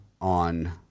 on